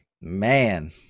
Man